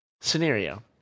scenario